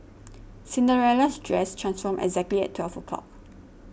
Cinderella's dress transformed exactly at twelve o'clock